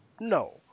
No